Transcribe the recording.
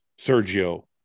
Sergio